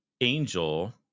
angel